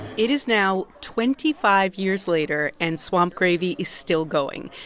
it is now twenty five years later, and swamp gravy is still going.